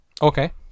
Okay